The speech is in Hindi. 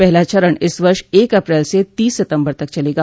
पहला चरण इस वर्ष एक अप्रैल से तीस सितम्बर तक चलेगा